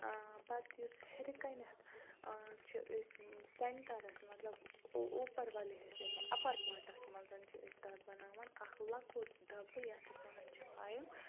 پَتہٕ یُس ہیٚرِکَنٮ۪تھ چھِ أسۍ سٮ۪نٹَرَس مطلب اوپَر وَالے میں اَپَر پاٹَس منٛز چھِ أسۍ تَتھ بَناوان اَکھ لۄکُٹ ڈَبہٕ یَتھ أسۍ وَنان چھِ آیِم